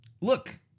look